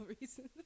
reasons